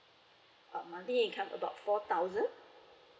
uh monthly income about four thousand